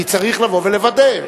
כי צריך לבוא ולוודא.